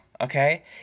okay